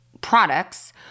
products